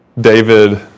David